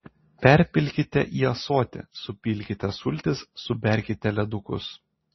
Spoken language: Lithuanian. perpilkite į ąsotį supilkite sultis suberkite ledukus